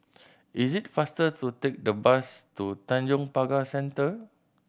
is it faster to take the bus to Tanjong Pagar Centre